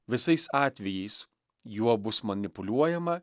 visais atvejais juo bus manipuliuojama